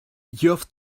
geoff